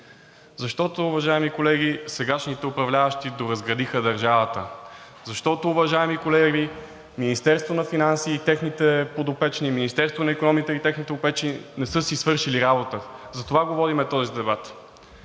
Защото, уважаеми колеги, сегашните управляващи доразградиха държавата, защото, уважаеми колеги, Министерството на финансите и техните подопечни, Министерството на икономиката и техните подопечни не са си свършили работата. Затова водим този дебат.